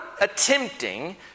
attempting